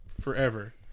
forever